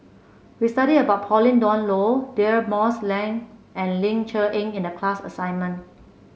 we studied about Pauline Dawn Loh Deirdre Moss and Ling Cher Eng in the class assignment